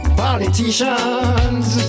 politicians